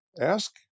ask